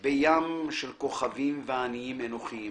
בים של כוכבים ואניים אנוכיים